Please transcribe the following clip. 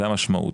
זאת המשמעות.